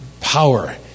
power